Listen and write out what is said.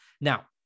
Now